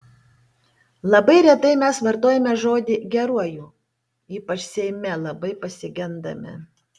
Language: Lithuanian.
labai retai mes vartojame žodį geruoju ypač seime labai pasigendame